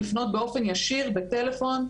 לפנות באופן ישיר בטלפון,